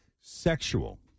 sexual